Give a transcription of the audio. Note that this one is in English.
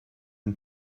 and